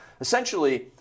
essentially